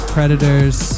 Predators